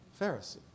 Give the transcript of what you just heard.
Pharisee